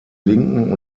linken